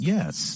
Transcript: Yes